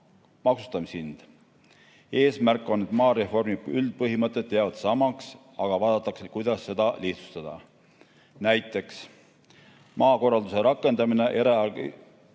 maksustamishind. Eesmärk: maareformi üldpõhimõtted jäävad samaks, aga vaadatakse, kuidas seda lihtsustada. Näiteks maakorralduse rakendamine eraisikute